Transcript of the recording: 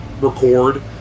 record